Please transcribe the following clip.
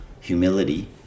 humility